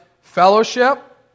fellowship